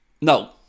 No